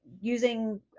using